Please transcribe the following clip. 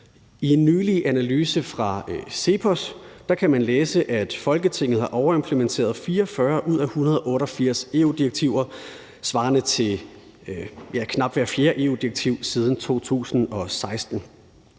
I en nylig analyse fra CEPOS kan man læse, at Folketinget har overimplementeret 44 ud af 188 EU-direktiver, svarende til knap hvert fjerde EU-direktiv, siden 2016.